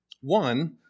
One